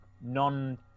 non